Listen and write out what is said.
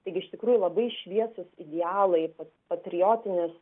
taigi iš tikrųjų labai šviesūs idealai patriotinis